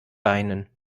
beinen